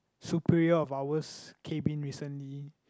superior of ours came in recently